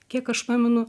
kiek aš pamenu